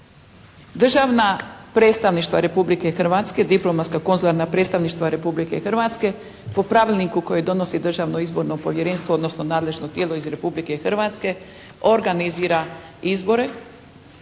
Državna predstavništva Republike Hrvatske, diplomatsko-konzularna predstavništva Republike Hrvatske po pravilniku koje donosi Državno izborno povjerenstvo, odnosno nadležno tijelo iz Republike Hrvatske organizira izbore